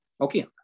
Okay